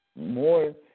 more